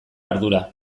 ardura